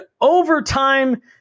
overtime